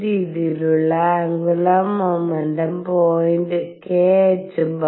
ഈ രീതിയിലുള്ള angular momentum point kℏ